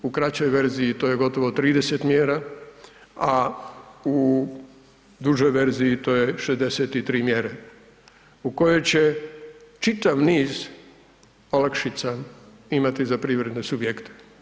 U kraćoj verziji to je gotovo 30 mjera, a u dužoj verziji to je 63 mjere u kojoj će čitav niz olakšica imati za privredne subjekte.